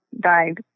died